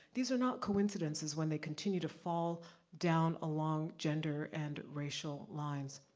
these are not coincidences when they continue to fall down along gender and racial lines.